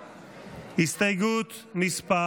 4. הסתייגות מס'